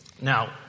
Now